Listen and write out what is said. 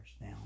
Now